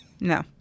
No